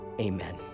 amen